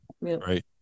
right